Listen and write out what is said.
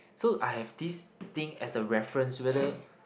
so I have this thing as a reference whether